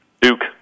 Duke